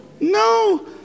no